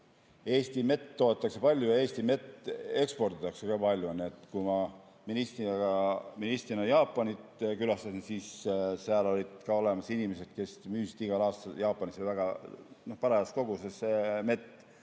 Eesti mett toodetakse palju ja Eesti mett eksporditakse ka palju. Kui ma ministrina Jaapanit külastasin, siis olid ka olemas inimesed, kes müüsid igal aastal Jaapanisse parajas koguses mett. Aga